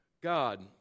God